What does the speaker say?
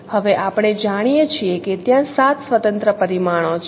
હવે આપણે જાણીએ છીએ કે ત્યાં સાત સ્વતંત્ર પરિમાણો છે